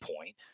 point